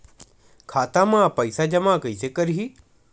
खाता म पईसा जमा कइसे करही?